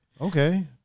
Okay